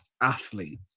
athlete